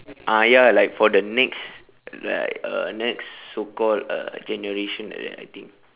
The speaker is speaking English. ah ya like for the next like uh next so called uh generation like that I think